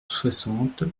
soixante